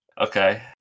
Okay